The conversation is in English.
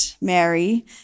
Mary